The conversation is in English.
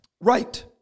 Right